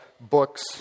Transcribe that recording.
books